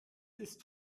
ist